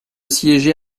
siéger